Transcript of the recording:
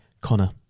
Connor